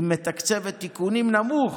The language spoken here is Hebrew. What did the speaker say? היא מתקצבת תיקונים נמוך,